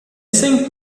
cinq